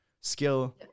skill